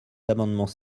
amendements